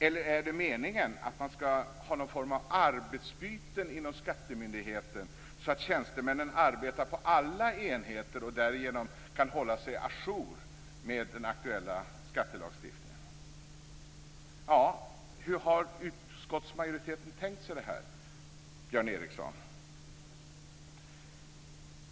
Eller är det meningen att man skall ha någon form av arbetsbyten inom skattemyndigheten, så att tjänstemännen arbetar på alla enheter och därigenom kan hålla sig à jour med den aktuella skattelagstiftningen? Hur har utskottsmajoriteten tänkt sig detta, Björn Ericson?